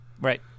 Right